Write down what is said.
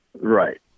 Right